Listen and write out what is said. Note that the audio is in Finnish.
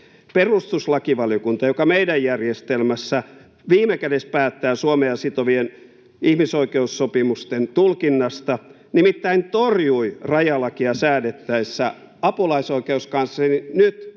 Perustuslakivaliokunta, joka meidän järjestelmässä viime kädessä päättää Suomea sitovien ihmisoikeussopimusten tulkinnasta, nimittäin torjui rajalakia säädettäessä apulaisoikeuskanslerin nyt